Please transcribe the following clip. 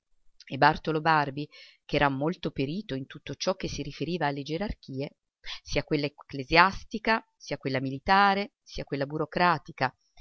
e bartolo barbi ch'era molto perito in tutto ciò che si riferiva alle gerarchie sia quella ecclesiastica sia quella militare sia quella burocratica